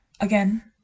again